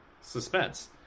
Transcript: suspense